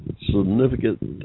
significant